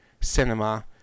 cinema